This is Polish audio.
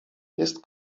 jest